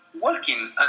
working